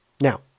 now